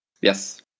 Yes